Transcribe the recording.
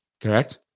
Correct